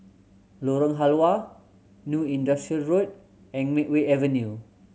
Lorong Halwa New Industrial Road and Makeway Avenue